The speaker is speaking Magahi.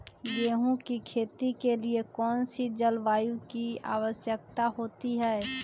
गेंहू की खेती के लिए कौन सी जलवायु की आवश्यकता होती है?